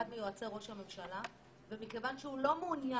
מיועצי ראש הממשלה ומכיוון שהוא לא מעוניין